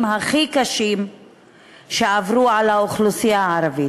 הכי קשים שעברו על האוכלוסייה הערבית.